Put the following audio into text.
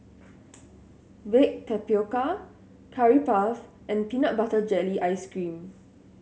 baked tapioca Curry Puff and peanut butter jelly ice cream